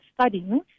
studying